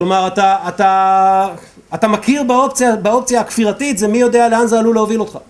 כלומר אתה מכיר באופציה הכפירתית, זה מי יודע לאן זה עלול להוביל אותך.